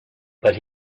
but